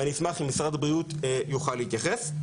ואני אשמח אם משרד הבריאות יוכל להתייחס.